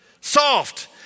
soft